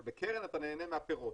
אבל בקרן אתה נהנה מהפירות,